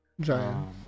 giant